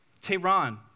Tehran